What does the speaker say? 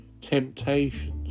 temptations